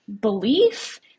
belief